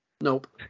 nope